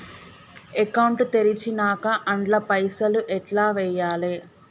Account తెరిచినాక అండ్ల పైసల్ ఎట్ల వేయాలే?